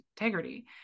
integrity